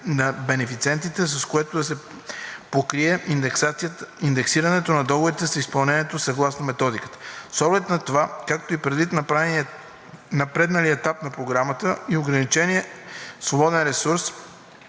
на бенефициентите, с което да се покрие индексирането на договорите с изпълнението съгласно методиката. С оглед на това, както и предвид напредналия етап на Програмата и ограничения свободен ресурс